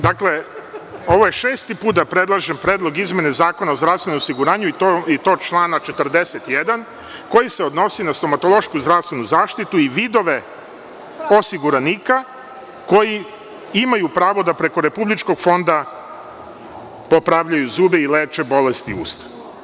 Dakle, ovo je šesti put da predlažem Predlog izmene Zakona o zdravstvenom osiguranju i to člana 41. koji se odnosi na stomatološku zdravstvenu zaštitu i vidove osiguranika koji imaju pravo da preko Republičkog fonda popravljaju zube i leče bolesti usta.